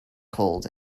cold